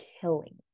killing